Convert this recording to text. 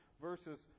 versus